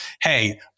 hey